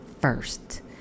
first